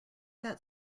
that